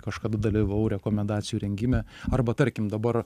kažkada dalyvavau rekomendacijų rengime arba tarkim dabar